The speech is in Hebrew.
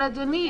אבל אדוני,